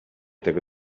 tego